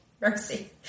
Mercy